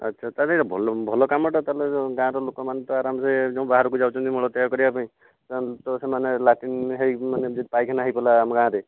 ଆଚ୍ଛା ତା ହେଲେ ଭଲ କାମଟା ତା ହେଲେ ଗାଁର ଲୋକମାନେ ତ ଆରାମରେ ଯେଉଁ ବାହାରକୁ ଯାଉଛନ୍ତି ମଳତ୍ୟାଗ କରିବାପାଇଁ ସେମାନେ ତ ସେମାନେ ଲାଟିନ ଯେ ମାନେ ପାଇଖାନା ହୋଇଗଲା ଆମ ଗାଁରେ